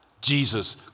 Jesus